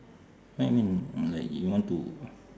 I mean like you want to